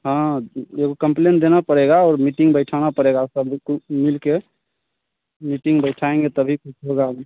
हाँ कम्प्लेन्ट देना पड़ेगा और मीटिंग बिठाना पड़ेगा सब लोग मिलकर मीटिंग बिठाएँगे तभी कुछ होगा आगे